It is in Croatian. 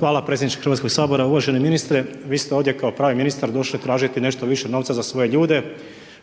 Hvala predsjedniče Hrvatskog sabora. Uvaženi ministre, vi ste ovdje kao pravi ministar došli tražiti nešto više novca za svoje ljude.